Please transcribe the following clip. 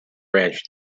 ranch